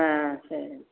ஆ ஆ சரி